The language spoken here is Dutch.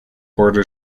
porde